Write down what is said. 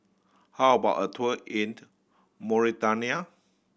how about a tour in Mauritania